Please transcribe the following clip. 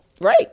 right